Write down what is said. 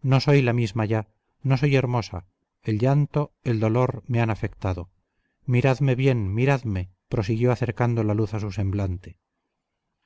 no soy la misma ya no soy hermosa el llanto el dolor me han afectado miradme bien miradme prosiguió acercando la luz a su semblante